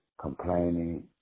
complaining